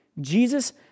Jesus